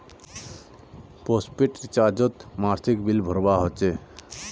postpaid रिचार्जोत मासिक bill भरवा होचे